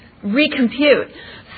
recompute